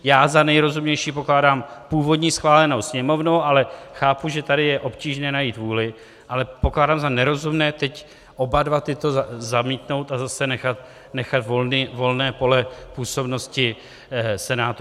Já za nejrozumnější pokládám původní, schválenou Sněmovnou, ale chápu, že tady je obtížné najít vůli, ale pokládám za nerozumné teď oba dva tyto zamítnout a zase nechat volné pole působnosti Senátu.